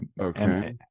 Okay